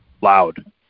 Loud